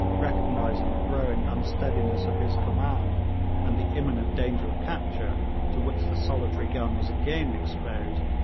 recognising the growing unsteadiness of his command and the imminent danger of capture to which the solitary gun was again exposed,